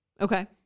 Okay